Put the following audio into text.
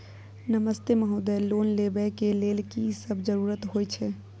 नमस्ते महोदय, लोन लेबै के लेल की सब जरुरी होय छै?